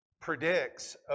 predicts